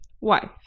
wife